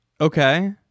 Okay